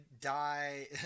die